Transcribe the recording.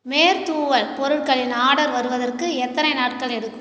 மேற்தூவல் பொருட்களின் ஆர்டர் வருவதற்கு எத்தனை நாட்கள் எடுக்கும்